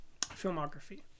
filmography